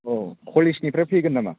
औ कलेजनिफ्राय फैगोन नामा